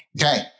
Okay